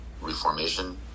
reformation